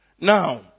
Now